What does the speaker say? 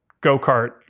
Go-kart